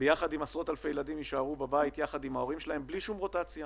יחד עם עשרות אלפי ילדים תישאר בבית עם ההורים בלי שום רוטציה,